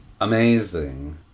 amazing